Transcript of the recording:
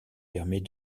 permet